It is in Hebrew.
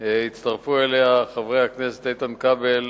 הצטרפו אליה חברי הכנסת איתן כבל,